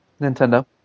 Nintendo